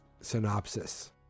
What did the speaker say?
synopsis